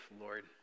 Lord